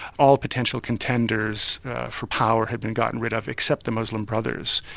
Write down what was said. all potential contenders for power had been gotten rid of except the muslim brothers,